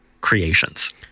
creations